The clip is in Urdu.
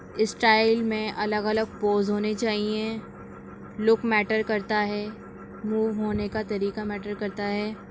اسٹائل میں الگ الگ پوز ہونے چاہیے لک میٹر کرتا ہے موو ہونے کا طریقہ میٹر کرتا ہے